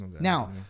now